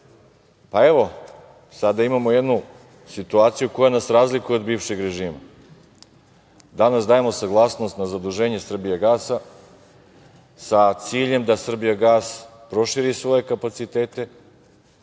sada imamo jednu situaciju koja nas razlikuje od bivšeg režima. Danas dajemo saglasnost na zaduženje „Srbijagasa“ sa ciljem da „Srbijagas“ proširi svoje kapacitete,